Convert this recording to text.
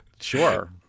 Sure